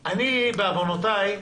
כי אני, בעוונותיי,